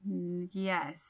Yes